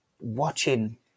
watching